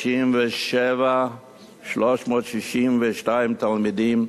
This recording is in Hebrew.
ב-237,362 תלמידים,